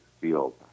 field